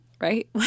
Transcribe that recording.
right